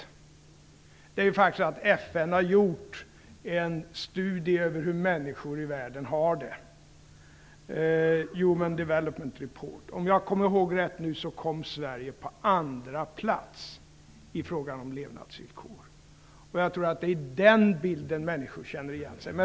Men det är faktiskt så att FN har gjort en studie över hur människor i världen har det, Human Development Report. Om jag kommer ihåg rätt kom Sverige på andra plats i fråga om levnadsvillkor. Jag tror att det är beträffande den bilden som människor känner igen sig.